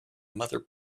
mother